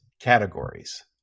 categories